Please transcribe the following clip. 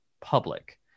public